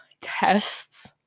tests